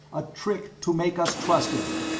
a trick to make us trust him!